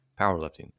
powerlifting